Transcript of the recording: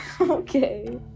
Okay